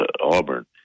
Auburn